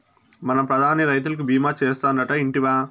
మన ప్రధాని రైతులకి భీమా చేస్తాడటా, ఇంటివా